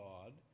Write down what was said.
God